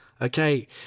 Okay